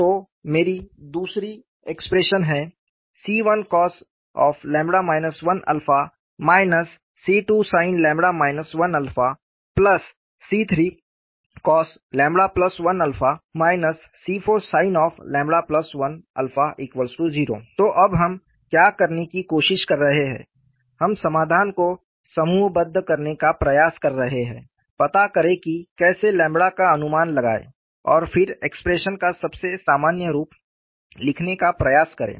तो मेरी दूसरी एक्सप्रेशन है C1cos 1 C2sin 1C3cos1 C4sin10 तो अब हम क्या करने की कोशिश कर रहे हैं हम समाधान को समूहबद्ध करने का प्रयास कर रहे हैं पता करें कि कैसे ƛ का अनुमान लगाएं और फिर एक्सप्रेशन का सबसे सामान्य रूप लिखने का प्रयास करें